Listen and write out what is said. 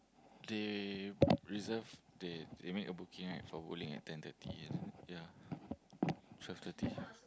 they reserve they they make a booking right for bowling at ten thirty ya twelve thirty